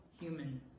human